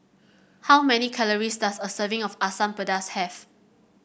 how many calories does a serving of Asam Pedas have